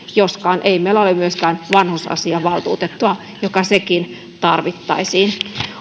joskaan ei meillä ole myöskään vanhusasiavaltuutettua joka sekin tarvittaisiin